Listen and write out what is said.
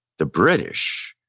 the british